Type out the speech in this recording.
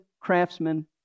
craftsmen